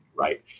right